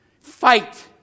Fight